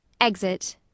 Exit